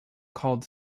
called